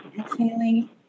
exhaling